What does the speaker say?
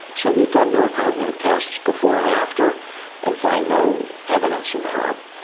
so we've done neurocognitive tests before and after and find no evidence of harm.